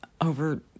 over